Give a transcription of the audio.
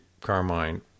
Carmine